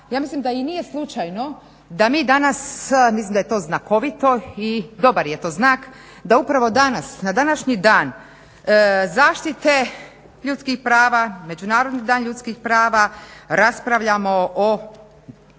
ja mislim da i nije slučajno da mi danas, mislim da je to znakovito i dobar je to znak, da upravo danas, na današnji dan zaštite ljudskih prava, međunarodni dan ljudskih prava raspravljamo o